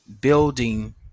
building